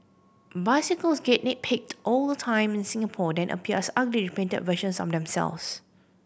bicycles get nicked paid all the time in Singapore then appears ugly repainted versions of themself